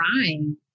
crying